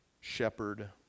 shepherd